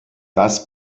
das